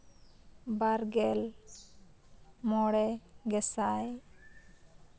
ᱵᱟᱨᱜᱮᱞ ᱢᱚᱬᱮ ᱜᱮᱥᱟᱭ